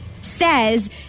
says